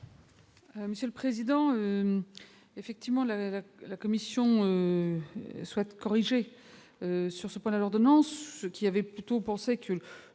Monsieur le président, effectivement la la Commission souhaite corriger sur ce point-là l'ordonnance qui avait plutôt penser que